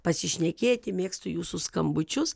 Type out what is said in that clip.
pasišnekėti mėgstu jūsų skambučius